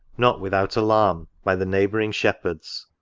not without alarm, by the neighbouring shep herds.